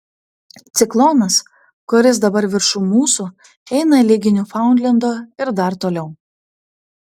ciklonas kuris dabar viršum mūsų eina ligi niūfaundlendo ir dar toliau